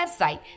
website